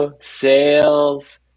sales